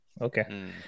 Okay